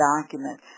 document